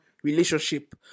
relationship